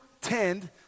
tend